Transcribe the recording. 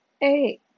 Hey